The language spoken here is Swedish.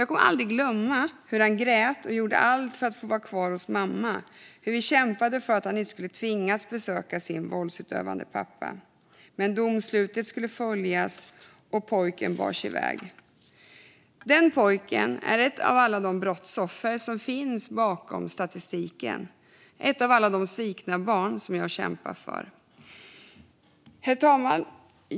Jag kommer aldrig att glömma hur han grät och gjorde allt för att få vara kvar hos mamman och hur vi kämpade för att han inte skulle tvingas besöka sin våldsutövande pappa. Men domslutet skulle följas, och pojken bars iväg. Den pojken är ett av alla de brottsoffer som finns bakom statistiken, ett av alla de svikna barn som jag kämpar för. Herr talman!